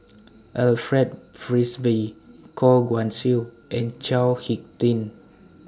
Alfred Frisby Goh Guan Siew and Chao Hick Tin